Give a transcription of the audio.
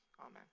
Amen